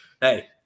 hey